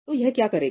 तो यह क्या करेगा